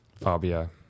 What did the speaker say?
Fabio